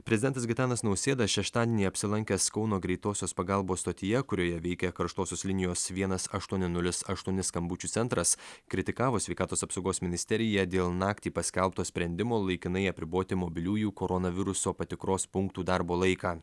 prezidentas gitanas nausėda šeštadienį apsilankęs kauno greitosios pagalbos stotyje kurioje veikia karštosios linijos vienas aštuoni nulis aštuoni skambučių centras kritikavo sveikatos apsaugos ministeriją dėl naktį paskelbto sprendimo laikinai apriboti mobiliųjų koronaviruso patikros punktų darbo laiką